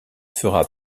fera